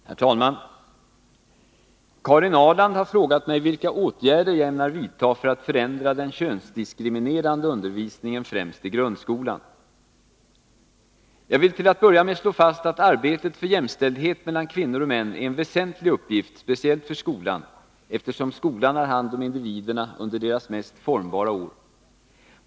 Herr talman! Karin Ahrland har frågat mig vilka åtgärder jag ämnar vidta för att förändra den könsdiskriminerande undervisningen främst i grundskolan. Jag vill till att börja med slå fast att arbetet för jämställdhet mellan kvinnor och män är en väsentlig uppgift speciellt för skolan, eftersom skolan har hand om individerna under deras mest formbara år.